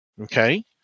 Okay